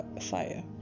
fire